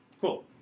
Cool